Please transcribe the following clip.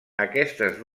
aquestes